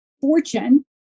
fortune